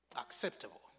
acceptable